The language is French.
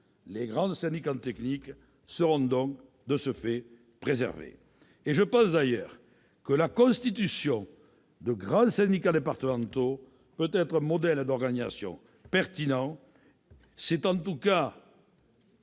Les grands syndicats techniques seront donc préservés. Je pense d'ailleurs que la constitution de grands syndicats départementaux peut représenter un modèle d'organisation pertinent. Certains